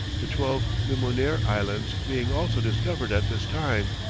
the twelve limonare islands being also discovered at this time,